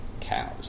Cows